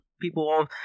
people